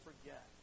forget